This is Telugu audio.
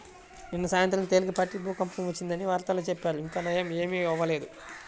నిన్న సాయంత్రం తేలికపాటి భూకంపం వచ్చిందని వార్తల్లో చెప్పారు, ఇంకా నయ్యం ఏమీ అవ్వలేదు